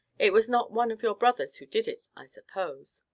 it was not one of your brothers who did it, i suppose?